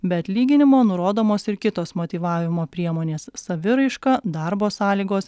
be atlyginimo nurodomos ir kitos motyvavimo priemonės saviraiška darbo sąlygos